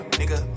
nigga